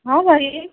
हँ बहिन